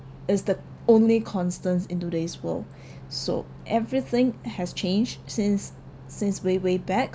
it's the only constants in today's world so everything has changed since since way way back